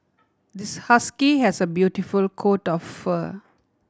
this husky has a beautiful coat of fur